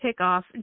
pickoff